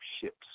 ships